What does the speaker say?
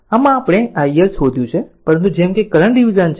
આમ આ આપણે i L શોધયું છે પરંતુ જેમ કે કરંટ ડીવીઝન છે